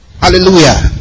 Hallelujah